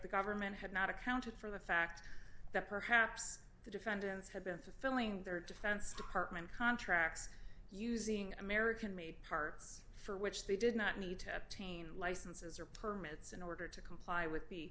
the government had not accounted for the fact that perhaps the defendants had been fulfilling their defense department contracts using american made parts for which they did not need to obtain licenses or permits in order to comply with the